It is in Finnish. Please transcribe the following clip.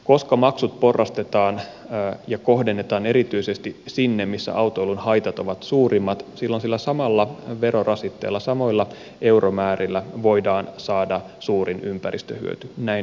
koska maksut porrastetaan ja kohdennetaan erityisesti sinne missä autoilun haitat ovat suurimmat sillä samalla verorasitteella samoilla euromäärillä voidaan saada suurin ympäristöhyöty näin uskon